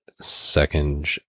second